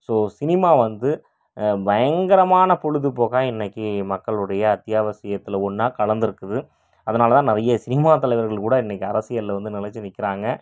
so cinema வந்து பயங்கரமான பொழுதுபோக்காக இன்றைக்கு மக்களுடைய அத்தியாவசியத்தில் ஒன்றா கலந்துருக்குது அதனால் தான் நிறைய சினிமா தலைவர்கள் கூட இன்றைக்கு அரசியலில் வந்து நிலச்சி நிற்கிறாங்க